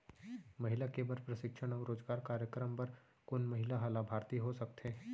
महिला के बर प्रशिक्षण अऊ रोजगार कार्यक्रम बर कोन महिला ह लाभार्थी हो सकथे?